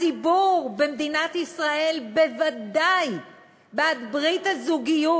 הציבור במדינת ישראל בוודאי בעד ברית הזוגיות,